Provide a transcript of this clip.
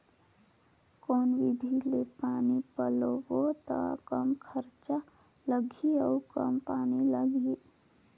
कौन विधि ले पानी पलोबो त कम खरचा लगही अउ कम पानी लगही?